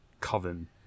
coven